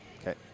Okay